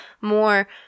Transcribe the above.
more